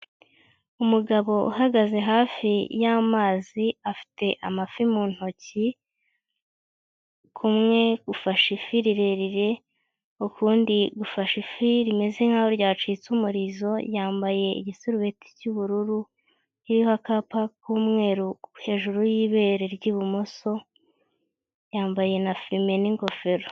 Umugabo uhagaze hafi y'amazi afite amafi mu ntoki, kumwe gufashe ifi rirerire, ukundi gufashe ifi rimeze nkaho ryacitse umurizo, yambaye igisurubeti cy'ubururu kiriho akapa k'umweru hejuru y'ibere ry'ibumoso, yambaye na fime n'ingofero.